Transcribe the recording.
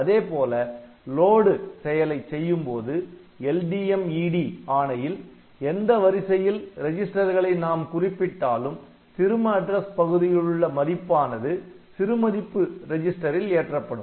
அதேபோல லோடு செயலைச் செய்யும்போது LDMED ஆணையில் எந்த வரிசையில் ரெஜிஸ்டர்களை நாம் குறிப்பிட்டாலும் சிறும அட்ரஸ் பகுதியிலுள்ள மதிப்பானது சிறுமதிப்பு ரிஜிஸ்டரில் ஏற்றப்படும்